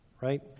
right